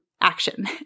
action